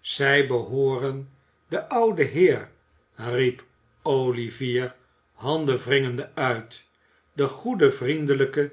zij behooren den ouden heer riep olivier handenwringende uit den goeden